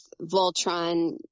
Voltron